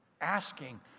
asking